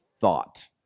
Thought